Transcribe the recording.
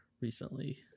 recently